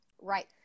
Right